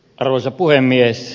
arvoisa puhemies